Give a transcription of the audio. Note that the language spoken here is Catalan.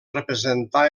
representar